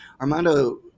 armando